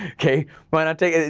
okay, why not take that,